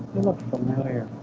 look familiar